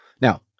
Now